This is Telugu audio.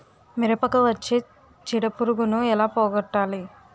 మిరపకు వచ్చే చిడపురుగును ఏల పోగొట్టాలి?